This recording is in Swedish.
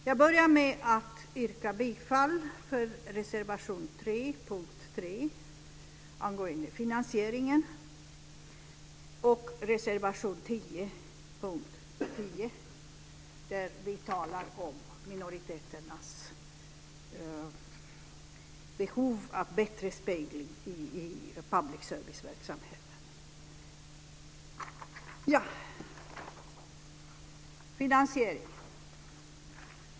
Jag börjar med att yrka bifall till reservation 3 under punkt 3 angående finansieringen och reservation 10 under punkt 10 där vi talar om behovet av bättre spegling av minoriteterna i public serviceverksamheten. Då var det frågan om finansieringen.